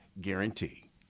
guarantee